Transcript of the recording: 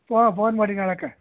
ಪೋ ಫೋನ್ ಮಾಡಿ ನಾಳೆಗ